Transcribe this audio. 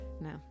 no